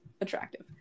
attractive